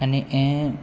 आनी हें